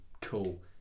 cool